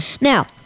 Now